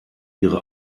ihre